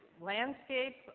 landscape